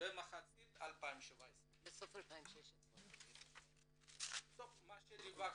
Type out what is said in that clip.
במחצית שנת 2017. בסוף 2016. יותר טוב.